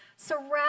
Surround